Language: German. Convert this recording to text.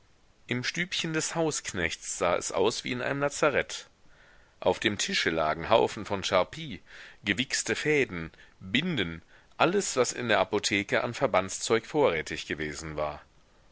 im stübchen des hausknechts sah es aus wie in einem lazarett auf dem tische lagen haufen von scharpie gewichste fäden binden alles was in der apotheke an verbandszeug vorrätig gewesen war